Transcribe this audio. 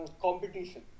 competition